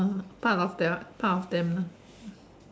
um part of their part of them lah